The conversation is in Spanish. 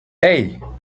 hey